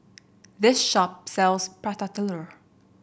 this shop sells Prata Telur